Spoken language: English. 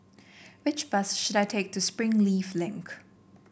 which bus should I take to Springleaf Link